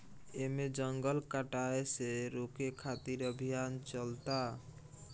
एमे जंगल कटाये से रोके खातिर अभियान चलता